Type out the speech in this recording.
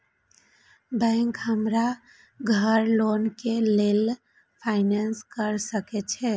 Bank हमरा घर loan के लेल फाईनांस कर सके छे?